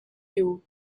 you